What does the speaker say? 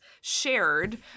shared